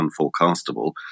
unforecastable